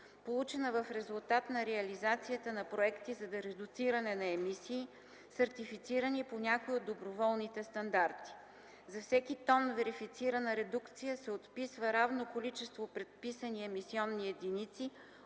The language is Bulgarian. получена в резултат на реализацията на проекти за редуциране на емисии, сертифицирани по някой от доброволните стандарти. За всеки тон верифицирана редукция се отписва равно количество предписани емисионни единици